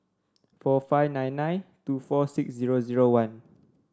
four five nine nine two four six zero zero one